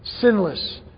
Sinless